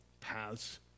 paths